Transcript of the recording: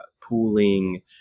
pooling